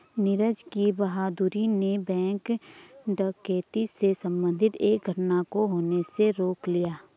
नीरज की बहादूरी ने बैंक डकैती से संबंधित एक घटना को होने से रोक लिया